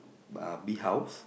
uh bee house